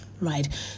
Right